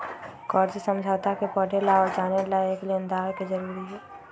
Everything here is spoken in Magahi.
कर्ज समझौता के पढ़े ला और जाने ला एक लेनदार के जरूरी हई